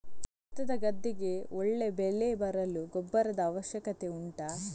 ಭತ್ತದ ಗದ್ದೆಗೆ ಒಳ್ಳೆ ಬೆಳೆ ಬರಲು ಗೊಬ್ಬರದ ಅವಶ್ಯಕತೆ ಉಂಟಾ